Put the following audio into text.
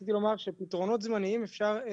רציתי לומר שפתרונות זמניים אפשר,